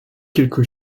quelque